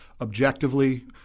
objectively